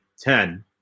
ten